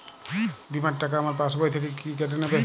বিমার টাকা আমার পাশ বই থেকে কি কেটে নেবে?